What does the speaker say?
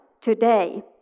today